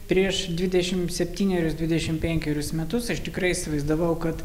prieš dvidešimt septynerius dvidešimt penkerius metus aš tikrai įsivaizdavau kad